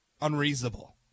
unreasonable